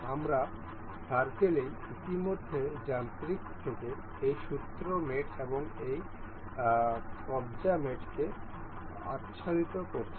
আমরা সকলেই ইতিমধ্যে যান্ত্রিক থেকে এই স্ক্রু মেট এবং এই কব্জা মেটকে আচ্ছাদিত করেছি